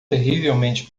terrivelmente